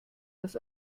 das